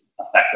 affect